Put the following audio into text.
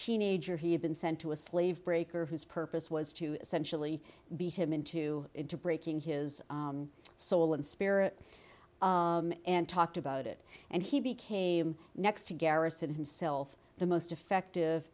teenager he had been sent to a slave breaker whose purpose was to essentially beat him into it to breaking his soul and spirit and talked about it and he became next to garrison himself the most effective